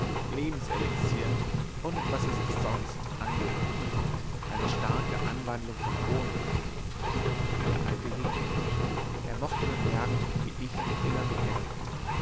lebenselixieren und was weiß ich sonst angerückt eine starke anwandlung von ohnmacht der alte hielt inne er mochte bemerken wie ich im innern kämpfte